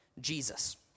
Jesus